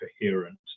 coherent